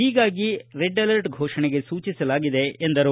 ಹೀಗಾಗಿ red alert ಫೋಷಣೆಗೆ ಸೂಚಿಸಲಾಗಿದೆ ಎಂದರು